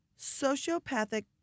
sociopathic